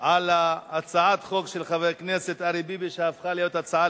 על הצעת החוק של חבר הכנסת אריה ביבי שהפכה להיות הצעה